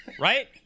Right